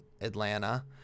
Atlanta